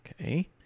Okay